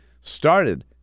Started